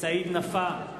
סעיד נפאע,